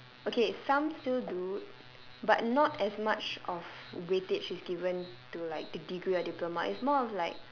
okay some still do but not as much of weightage is given to like the degree or diploma it's more of like